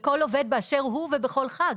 לכל עובד באשר הוא ובכל חג.